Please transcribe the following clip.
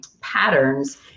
patterns